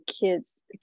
kids